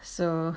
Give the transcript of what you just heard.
so